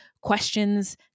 questions